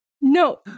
No